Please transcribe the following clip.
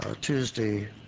Tuesday